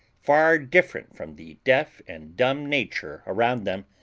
far different from the deaf and dumb nature around them,